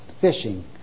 fishing